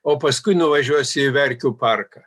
o paskui nuvažiuosiu į verkių parką